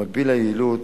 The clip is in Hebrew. במקביל לעילות